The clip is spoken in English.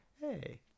hey